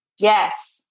Yes